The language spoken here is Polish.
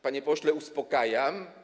Panie pośle, uspokajam.